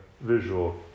visual